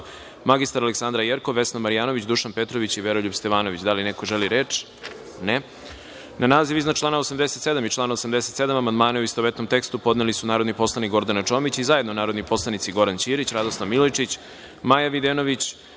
mr. Aleksandra Jerkov, Vesna Marjanović, Dušan Petrović i Veroljub Stevanović. Da li neko želi reč? (Ne.)Na naziv iznad člana 87. i član 87. amandmane, u istovetnom tekstu, podneli su narodni poslanik Gordana Čomić i zajedno narodni poslanici Goran Ćirić, Radoslav Milojičić, Maja Videnović,